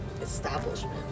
establishment